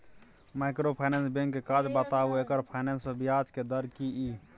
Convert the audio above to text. Microfinance bank के काज बताबू आ एकर फाइनेंस पर ब्याज के दर की इ?